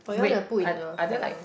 wait are are there like